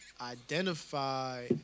identify